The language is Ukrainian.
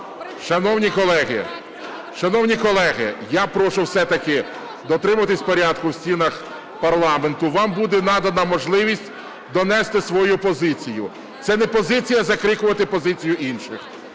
Шановні колеги, я прошу все-таки дотримуватись порядку в стінах парламенту. Вам буде надана можливість донести свою позицію. Це не позиція закрикувати позицію інших.